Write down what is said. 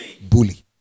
Bully